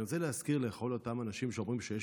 אני רוצה להזכיר לכל אותם אנשים שחושבים שיש